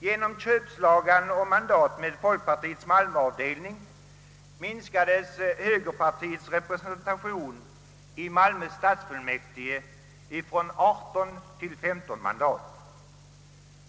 Genom köpslagan om mandat med folkpartiets malmöavdelning minskades högerpartiets representation i Malmö stadsfullmäktige från 18 till 15 mandat.